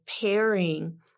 pairing